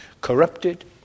corrupted